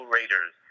Raiders